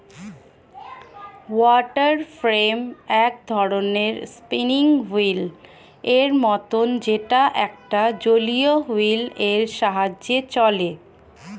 water frame এক ধরণের spinning wheel এর মতন যেটা একটা জলীয় হুইল এর সাহায্যে চলে